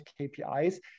KPIs